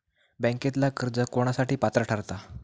बँकेतला कर्ज कोणासाठी पात्र ठरता?